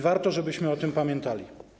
Warto, żebyśmy o tym pamiętali.